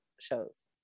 shows